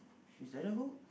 is there a goat